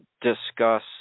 discuss